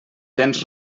tens